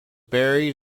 buried